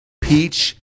peach